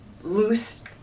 loose